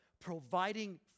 providing